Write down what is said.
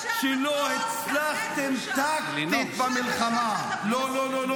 כך נראית הממשלה הזו, בדיוק כך.